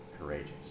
courageous